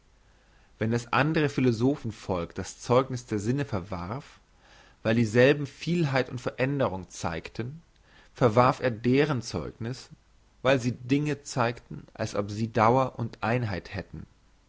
wenn das andre philosophen volk das zeugniss der sinne verwarf weil dieselben vielheit und veränderung zeigten verwarf er deren zeugniss weil sie die dinge zeigten als ob sie dauer und einheit hätten